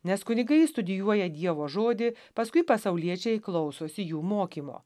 nes kunigai studijuoja dievo žodį paskui pasauliečiai klausosi jų mokymo